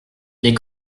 les